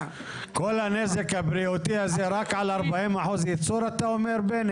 --- כל הנזק הבריאותי הזה רק על 40 אחוז ייצור אתה אומר בני?